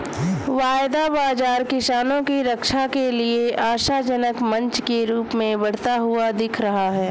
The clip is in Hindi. वायदा बाजार किसानों की रक्षा के लिए आशाजनक मंच के रूप में बढ़ता हुआ दिख रहा है